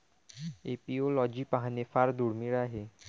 apiology पाहणे फार दुर्मिळ आहे